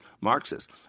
Marxist